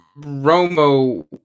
Romo